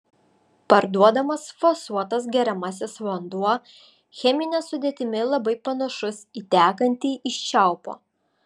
parduodamas fasuotas geriamasis vanduo chemine sudėtimi labai panašus į tekantį iš čiaupo